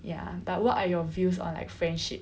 ya but what are your views on like friendship